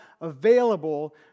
available